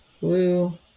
Blue